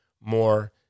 more